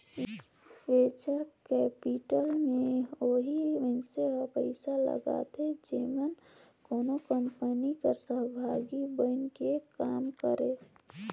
venture capital में ओही मइनसे मन पइसा लगाथें जेमन कोनो कंपनी कर सहभागी बइन के काम करें